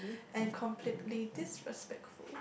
and completely disrespectful